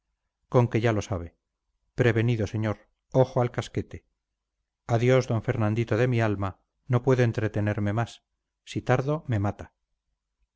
con que ya lo sabe prevenido señor ojo al casquete adiós d fernandito de mi alma no puedo entretenerme más si tardo me mata